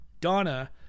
Donna